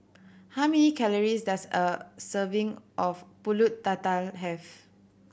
how many calories does a serving of Pulut Tatal have